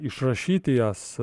išrašyti jas